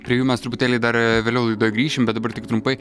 prie jų mes truputėlį dar e vėliau dar grįšim bet dabar tik trumpai